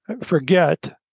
forget